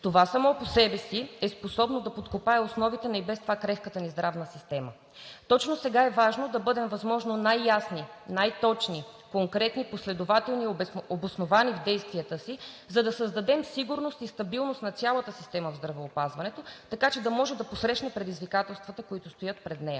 Това само по себе си е способно да подкопае основите на и без това крехката ни здравна система. Точно сега е важно да бъдем възможно най-ясни, най-точни, конкретни, последователни и обосновани в действията си, за да създадем сигурност и стабилност на цялата система в здравеопазването, така че да може да посрещне предизвикателствата, които стоят пред нея.